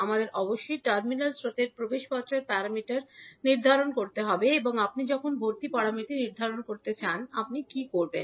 আমাদের অবশ্যই টার্মিনাল স্রোতের প্রবেশপত্রের প্যারামিটার নির্ধারণ করতে হবে এবং আপনি যখন ভর্তি প্যারামিটার নির্ধারণ করতে চান আপনি কী করবেন